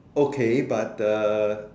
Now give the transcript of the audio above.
okay but the